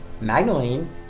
Magdalene